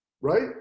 Right